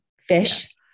fish